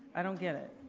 i don't get it.